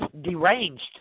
deranged